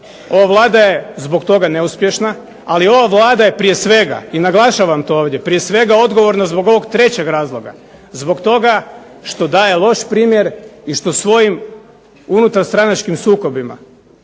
Ova Vlada je zbog toga neuspješna, ali ova Vlada je prije svega i naglašavam to ovdje, prije svega odgovorna zbog ovog trećeg razloga, zbog toga što daje loš primjer i što svojim unutar stranačkim sukobima